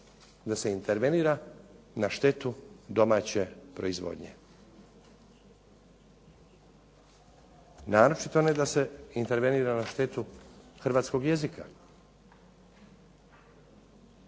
da se intervenira na štetu domaće proizvodnje. Naročito da se ne intervenira na štetu hrvatskog jezika.